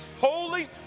Holy